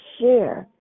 share